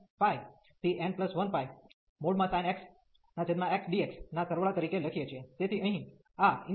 તેથી અહીં આ ઈન્ટિગ્રલ integral બરાબર આ ઈન્ટિગ્રલ integral છે